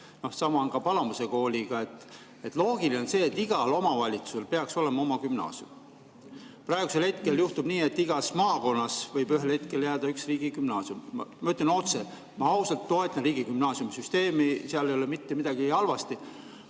sama on ka Palamuse kooliga. Loogiline on see, et igal omavalitsusel peaks olema oma gümnaasium. Praegu juhtub nii, et igasse maakonda võib ühel hetkel jääda üks riigigümnaasium. Ma ütlen otse: ma ausalt toetan riigigümnaasiumi süsteemi, seal ei ole mitte midagi halvasti.